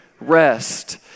rest